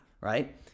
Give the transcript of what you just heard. right